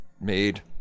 made